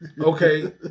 Okay